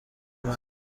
maj